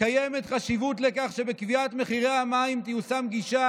קיימת חשיבות לכך שבקביעת מחירי המים תיושם גישה